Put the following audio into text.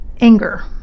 anger